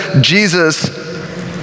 Jesus